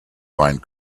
find